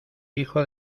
hijo